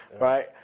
Right